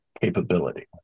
capability